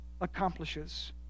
accomplishes